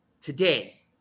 Today